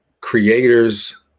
creators